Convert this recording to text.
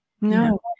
No